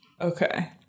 Okay